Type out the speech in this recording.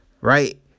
right